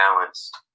balanced